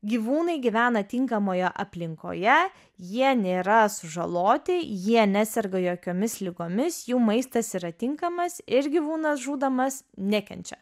gyvūnai gyvena tinkamoje aplinkoje jie nėra sužaloti jie neserga jokiomis ligomis jų maistas yra tinkamas ir gyvūnas žūdamas nekenčia